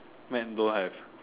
man don't want have